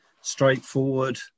straightforward